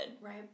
right